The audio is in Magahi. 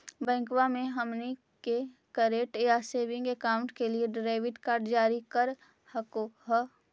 बैंकवा मे हमनी के करेंट या सेविंग अकाउंट के लिए डेबिट कार्ड जारी कर हकै है?